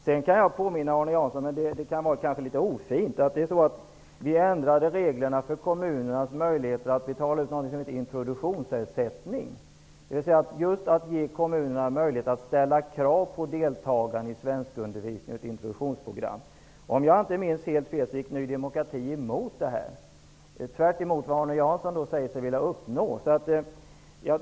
Det är kanske ofint av mig att påminna Arne Jansson om att vi ändrade reglerna för kommunernas möjlighet att betala ut någonting som hette introduktionsersättning; det innebar just att vi gav kommunerna möjlighet att ställa krav på deltagande i svenskundervisning och i ett introduktionsprogram. Om jag inte minns helt fel gick Ny demokrati emot det. Det var att göra tvärtemot vad Arne Jansson säger sig vilja uppnå.